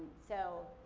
so,